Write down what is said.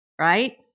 Right